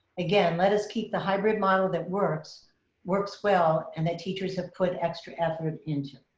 again, let us keep the hybrid model that works works well, and the teachers have put extra effort into.